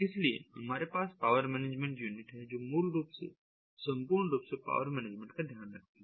इसलिए हमारे पास एक पावर मैनेजमेंट यूनिट है जो मूल रूप से संपूर्ण रूप से पावर मैनेजमेंट का ध्यान रखती है